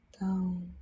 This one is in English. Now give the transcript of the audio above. down